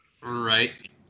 Right